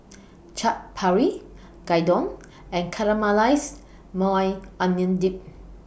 Chaat Papri Gyudon and Caramelized Maui Onion Dip